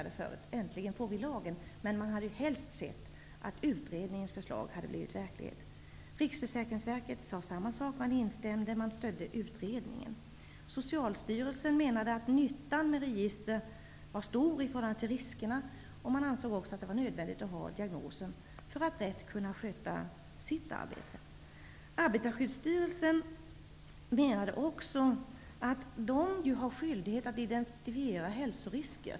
Men Försäkringskasseförbundet hade helst sett att utredningens förslag hade blivit verklighet. Riksförsäkringsverket sade samma sak och stödde utredningen. Socialstyrelsen menade att nyttan med registret var stor i förhållande till riskerna. Man ansåg också att det är nödvändigt att ha diagnosen med, för att arbetet skall kunna skötas på rätt sätt. Arbetarskyddsstyrelsen menade också att man där har skyldighet att identifiera hälsorisker.